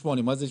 מה זה 788?